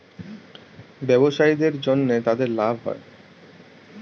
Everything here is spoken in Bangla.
ব্যবসায়ীদের জন্য তাদের লাভ হয়